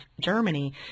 Germany